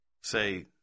Say